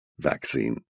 vaccine